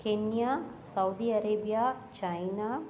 Kenya Saudi Arabia China